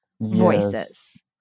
voices